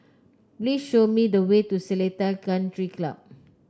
please show me the way to Seletar Country Club